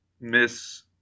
miss